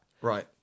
Right